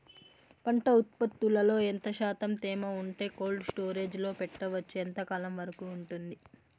పంట ఉత్పత్తులలో ఎంత శాతం తేమ ఉంటే కోల్డ్ స్టోరేజ్ లో పెట్టొచ్చు? ఎంతకాలం వరకు ఉంటుంది